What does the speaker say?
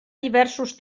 diversos